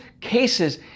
cases